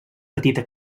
petita